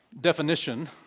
definition